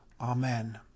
Amen